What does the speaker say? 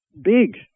big